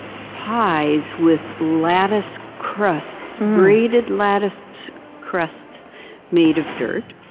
pies with lattice crusts, braided lattice crusts made of dirt.